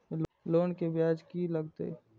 Loan के ब्याज की लागते?